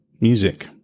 music